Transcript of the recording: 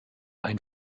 ein